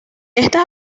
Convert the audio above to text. estas